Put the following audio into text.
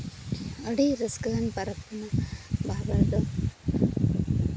ᱟᱹᱰᱤ ᱨᱟᱹᱥᱠᱟᱹᱣᱟᱱ ᱯᱚᱨᱚᱵᱽ ᱠᱟᱱᱟ ᱵᱟᱦᱟ ᱯᱚᱨᱚᱵᱽ ᱫᱚ